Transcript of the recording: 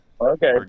Okay